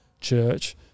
church